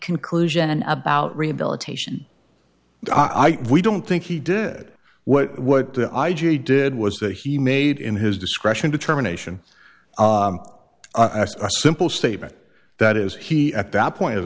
conclusion about rehabilitation we don't think he did what what the i g did was that he made in his discretion determination a simple statement that is he at that point of